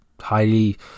highly